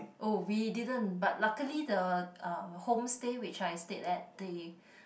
oh we didn't but luckily the uh home stay which we stayed at they